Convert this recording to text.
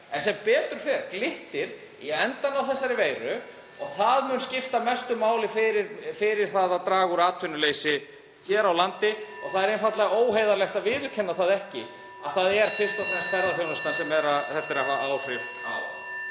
En sem betur fer glittir í endann á þessari veiru og það mun skipta mestu máli í því að draga úr atvinnuleysi hér á landi. Það er einfaldlega óheiðarlegt að viðurkenna ekki (Forseti hringir.) að það er fyrst og fremst ferðaþjónustan sem þetta er að hafa áhrif á.